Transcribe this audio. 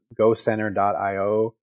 gocenter.io